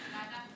ועדת חינוך.